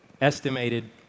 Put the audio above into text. Estimated